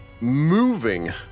moving